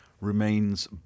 remains